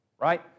right